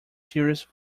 serious